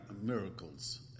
miracles